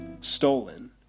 stolen